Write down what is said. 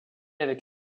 avec